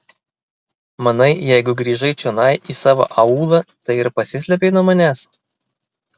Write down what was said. manai jeigu grįžai čionai į savo aūlą tai ir pasislėpei nuo manęs